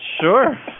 sure